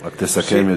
רק תסכם,